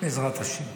בעזרת השם.